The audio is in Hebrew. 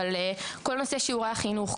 אבל כל נושא שיעורי החינוך,